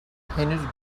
henüz